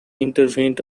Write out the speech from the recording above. intervened